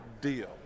deal